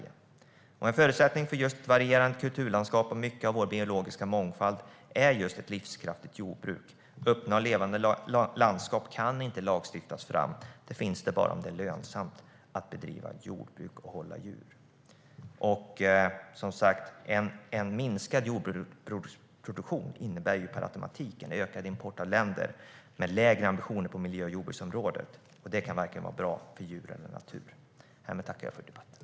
En förutsättning för ett varierande kulturlandskap och mycket av vår biologiska mångfald är ett livskraftigt jordbruk. Öppna och levande landskap kan inte lagstiftas fram; de finns bara om det är lönsamt att bedriva jordbruk och hålla djur. En minskad jordbruksproduktion innebär per automatik ökad import från länder med lägre ambitioner på miljö och jordbruksområdet. Det kan inte vara bra för vare sig djur eller natur. Härmed tackar jag för debatten.